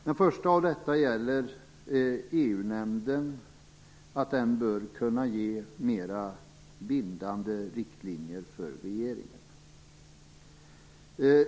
Den första gäller att EU-nämnden bör kunna ge mera bindande riktlinjer för regeringen.